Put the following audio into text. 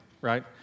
right